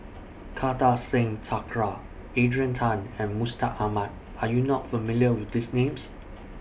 Kartar Singh Thakral Adrian Tan and Mustaq Ahmad Are YOU not familiar with These Names